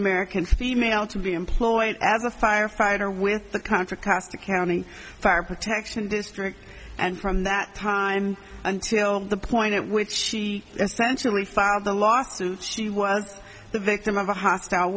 american female to be employed as a firefighter with the contra costa county fire protection district and from that time until the point at which she essentially filed the lawsuit she was the victim of a hostile